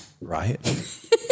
Right